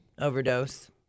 overdose